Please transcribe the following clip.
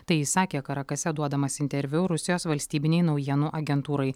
tai jis sakė karakase duodamas interviu rusijos valstybinei naujienų agentūrai